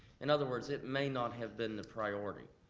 in other words, it may not have been the priority,